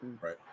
Right